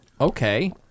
Okay